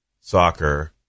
soccer